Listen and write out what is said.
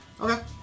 Okay